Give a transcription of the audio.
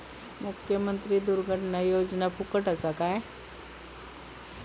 मुख्यमंत्री दुर्घटना योजना फुकट असा काय?